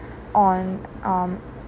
on um